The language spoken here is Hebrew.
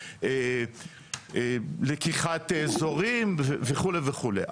אין לקיחת אזורים וכו' וכו'.